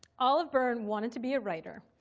olive byrne wanted to be a writer.